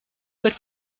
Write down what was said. were